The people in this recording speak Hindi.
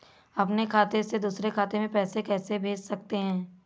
अपने खाते से दूसरे खाते में पैसे कैसे भेज सकते हैं?